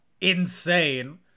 insane